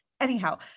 Anyhow